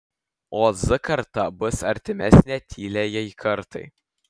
o z karta bus artimesnė tyliajai kartai